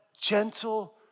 gentle